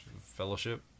Fellowship